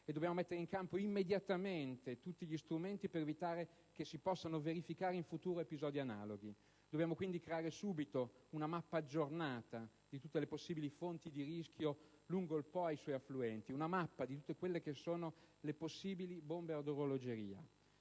dobbiamo mettere in campo immediatamente tutti gli strumenti per evitare che si possano verificare in futuro episodi analoghi. Dobbiamo quindi creare subito una mappa aggiornata di tutte le possibili fonti di rischio lungo il Po e i suoi affluenti, una mappa di tutte quelle che sono possibili «bombe ad orologeria».